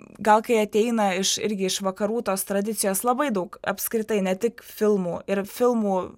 gal kai ateina iš irgi iš vakarų tos tradicijos labai daug apskritai ne tik filmų ir filmų